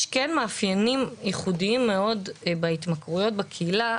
יש כן מאפיינים ייחודיים מאוד בהתמכרויות בקהילה,